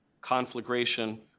conflagration